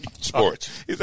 sports